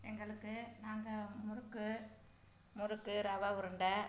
எங்களுக்கு நாங்கள் முறுக்கு முறுக்கு ரவை உருண்டை